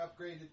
upgraded